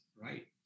right